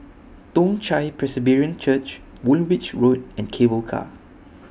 Toong Chai Presbyterian Church Woolwich Road and Cable Car